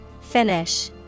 Finish